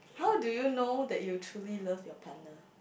how do you know that you truly love your partner